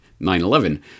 9-11